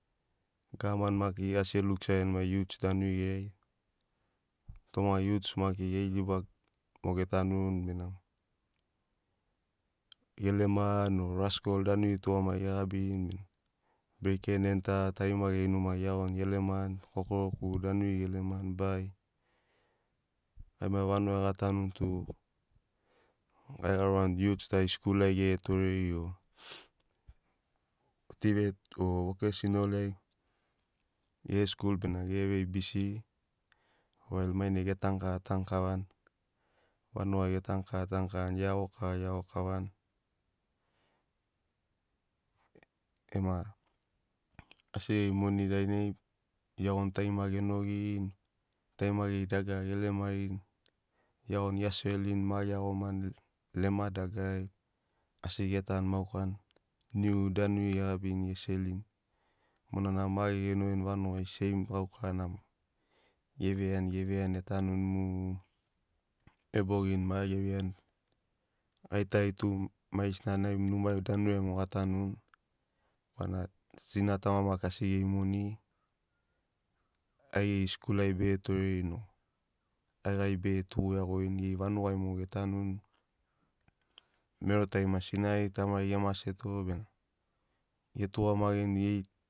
Gavman maki asi e luksaveni mai youths danuri geri ai toma youths maki geri libai mogo getanuni gelemani o raskol danuri tugamagiri gegabini bena breik en enta tarima geri numa gari geiagoni gelemani kokoroku danu gelemani bai. Gai mai vanugai gatanuni tu gai aurani youths tari skul ai gere torero o tvet o vokeisinol ai gere skul bena gere vei bisiri wail mainai getanu kava tanu kavani. Vanugai getanu kava tanu kavani geiago kava iago kavani ema asi geri moni dainai geiagoni tarima genogirini tarima geri dagara gelamarini geiagoni gea serorini ma geiagomani lema dagarari asi ge tanu maukani. Niu danuri gegabini geserorini monana ma ge genogoini vanugai seim gaukarana ma geveiani geveiani mu ebogini ma geveiani gari tari tu maigesina nai numai danuriri mogo gatanuni korana sina tama maki ase geri moni aigeri skul ai bege torerini o aigari bege tugu iagorini geri vanugai mogo getanuni mero tari maki sinari tamari ge maseto bena getugamagini.